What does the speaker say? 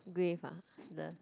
grave ah the